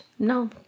No